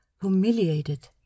humiliated